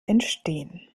entstehen